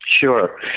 Sure